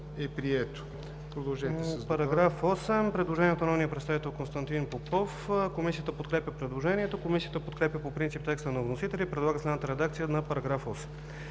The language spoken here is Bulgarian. Предложението е прието.